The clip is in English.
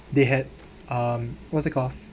they had um what's it called